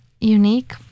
unique